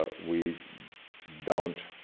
ah we don't